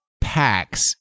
packs